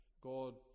God